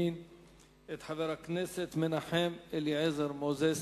אני מתכבד להזמין את חבר הכנסת מנחם אליעזר מוזס,